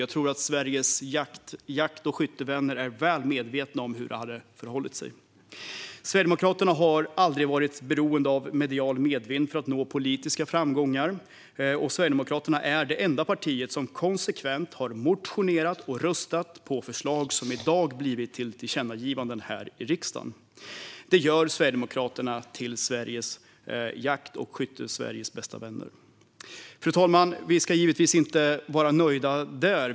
Jag tror att Sveriges jakt och skyttevänner är väl medvetna om hur det hade förhållit sig. Sverigedemokraterna har aldrig varit beroende av medial medvind för att nå politiska framgångar. Sverigedemokraterna är det enda parti som konsekvent har motionerat om och röstat på förslag som i dag blivit till tillkännagivanden här i riksdagen. Det gör Sverigedemokraterna till Jakt och skyttesveriges bästa vänner. Fru talman! Vi ska givetvis inte vara nöjda där.